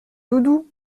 doudou